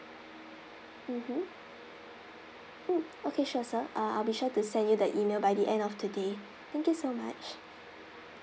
mmhmm mm okay sure sir uh I'll be sure to send you the email by the end of the day thank you so much